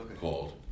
called